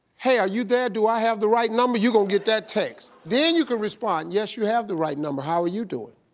hey are you there? do i have the right number? you gon' get that text. then you can respond. yes, you have the right number. how are you doing?